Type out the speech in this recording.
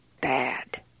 bad